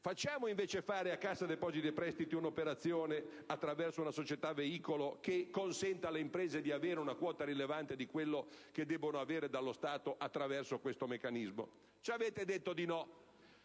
facciamo invece fare a Cassa depositi e prestiti un'operazione attraverso una società veicolo che consenta alle imprese di avere una quota rilevante di quello che debbono avere dallo Stato attraverso questo meccanismo. Ci avete detto di no